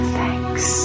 thanks